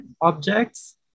objects